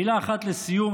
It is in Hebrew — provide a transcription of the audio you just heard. מילה אחת לסיום.